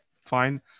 fine